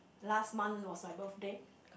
last month was my birthday